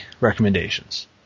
recommendations